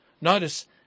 Notice